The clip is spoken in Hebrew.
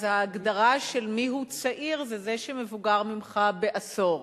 אז ההגדרה של מיהו צעיר היא זה שמבוגר ממך בעשור.